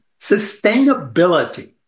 sustainability